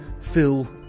Phil